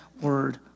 Word